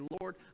Lord